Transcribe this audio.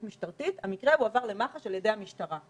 משטרתית המקרה הועבר למח"ש על ידי המשטרה?